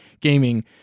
gaming